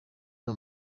ayo